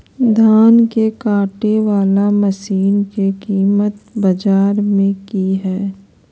धान के कटे बाला मसीन के कीमत बाजार में की हाय?